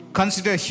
consider